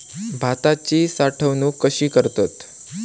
भाताची साठवूनक कशी करतत?